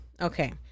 Okay